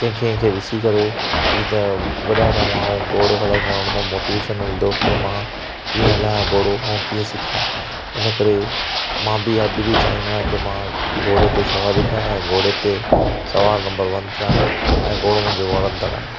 कंहिंखे कंहिंखे ॾिसी करे जीअं त वॾा वॾा माण्हू घोड़ो हलाइन्दा आहिनि उन मां मोटिवेशन मिलन्दो कि मां कीअं हलाया घोड़ो कीअं सिखां इन करे मां बि अॼु बि चाहींदो आहियां कि मां घोड़े ते सवारी कयां ऐं घोड़े ते सवारु नम्बरु वन थियां ऐं घोड़ो मुंहिंजो वणन्दड़ आहे